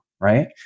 right